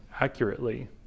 accurately